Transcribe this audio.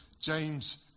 James